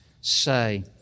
say